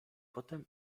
potem